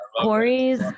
Corey's